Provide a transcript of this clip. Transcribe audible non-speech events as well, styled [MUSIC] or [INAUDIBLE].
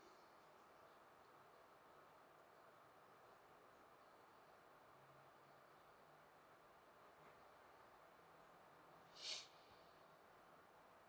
[BREATH]